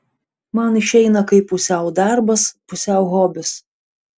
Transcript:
man išeina kaip pusiau darbas pusiau hobis